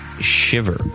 Shiver